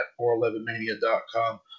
411mania.com